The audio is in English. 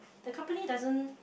the company doesn't